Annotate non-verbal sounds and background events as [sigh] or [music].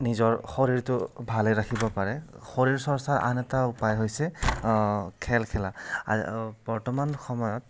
নিজৰ শৰীৰটো ভালে ৰাখিব পাৰে শৰীৰ চৰ্চাৰ আন এটা উপায় হৈছে খেল খেলা [unintelligible] বৰ্তমান সময়ত